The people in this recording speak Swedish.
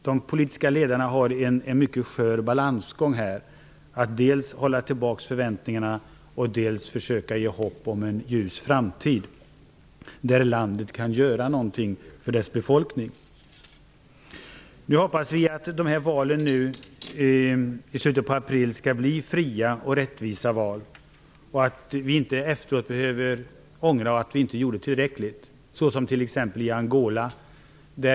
De politiska ledarna har en mycket skör balansgång framför sig, att dels hålla tillbaka förväntningarna, dels försöka ge hopp om en ljus framtid där landet kan göra någonting för dess befolkning. Nu hoppas vi att dessa val i slutet på april skall bli fria och rättvisa val, och att vi inte efteråt behöver ångra att vi inte gjorde tillräckligt, såsom t.ex. i Angola.